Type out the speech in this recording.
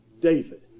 David